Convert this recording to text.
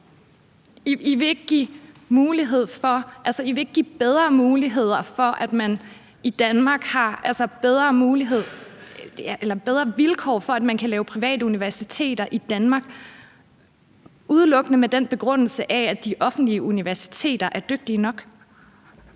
skal lige forstå det rigtigt: I vil altså ikke give bedre vilkår for at lave private universiteter i Danmark udelukkende med den begrundelse, at de offentlige universiteter er dygtige nok.